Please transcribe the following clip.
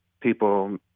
people